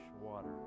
water